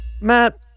Matt